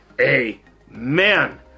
Amen